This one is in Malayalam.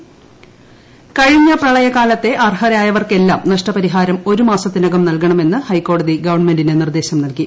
നഷ്ടപരിഹാരം കഴിഞ്ഞ പ്രളയകാലത്തെ അർഹരായവർക്കെല്ലാം നഷ്ടപരിഹാരം ഒരു മാസത്തിനകം നൽകണമെന്ന് ഹൈക്കോടതി ഗവൺമെന്റിന് നിർദ്ദേശം നൽകി